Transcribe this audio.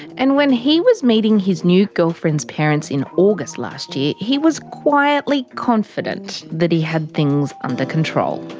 and when he was meeting his new girlfriend's parents in august last year, he was quietly confident that he had things under control.